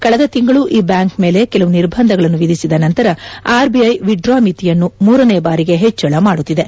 ಕಳೆದ ತಿಂಗಳು ಈ ಬ್ವಾಂಕ್ ಮೇಲೆ ಕೆಲವು ನಿರ್ಬಂಧಗಳನ್ನು ವಿಧಿಸಿದ ನಂತರ ಆರ್ಬಿಐ ವಿತ್ ಡ್ರಾ ಮಿತಿಯನ್ನು ಮೂರನೇ ಬಾರಿಗೆ ಹೆಚ್ಚಳ ಮಾಡುತ್ತಿದೆ